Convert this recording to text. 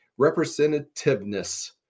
Representativeness